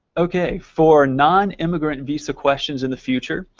ok, for non-immigrant visa questions in the future,